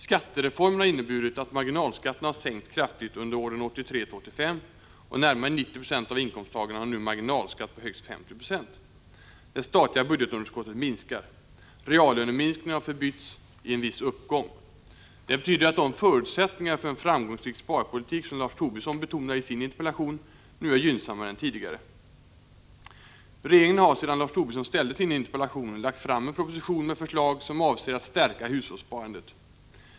Skattereformen har inneburit att marginalskatterna har sänkts kraftigt under åren 1983-1985, och närmare 90 20 av inkomsttagarna har nu en marginalskatt på högst 50 26. Det statliga budgetunderskottet minskar. Reallöneminskningen har förbytts i en viss uppgång. Det betyder att de förutsättningar för en framgångsrik sparpolitik som Lars Tobisson betonar i sin interpellation nu är gynnsammare än tidigare. Regeringen har sedan Lars Tobisson framställde sin interpellation lagt fram en proposition med förslag som avser att stärka hushållssparandet.